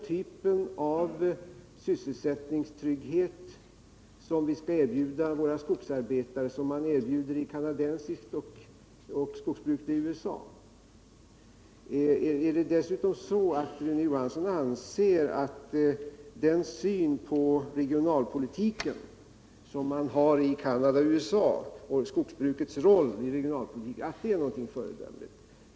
Skall vi erbjuda våra skogsarbetare den typ av sysselsättningstrygghet som man erbjuder de anställda inom skogsbruket i Canada och USA? Är det dessutom så, att Rune Johansson anser att den syn på skogsbrukets roll inom regionalpolitiken som man har i Canada och USA är någonting föredömligt?